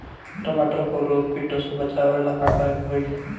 टमाटर को रोग कीटो से बचावेला का करेके होई?